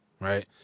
right